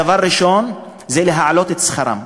דבר ראשון, להעלות את שכרם.